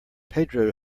pedro